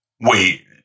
wait